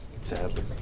Sadly